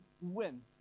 win